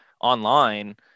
online